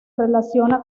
relaciona